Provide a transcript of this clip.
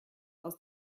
aus